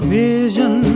vision